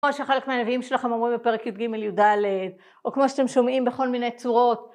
כמו שחלק מהנביאים שלכם אומרים בפרק י"ג-י"ד, או כמו שאתם שומעים בכל מיני צורות